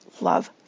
love